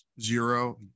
Zero